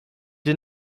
did